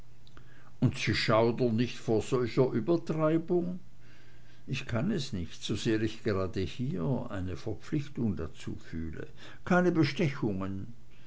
und sie schaudern nicht vor solcher übertreibung ich kann es nicht sosehr ich gerade hier eine verpflichtung dazu fühle keine bestechungen